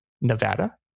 nevada